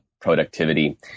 productivity